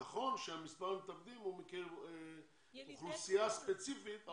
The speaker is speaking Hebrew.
נכון שמספר המתאבדים הוא מקרב אוכלוסייה ספציפית,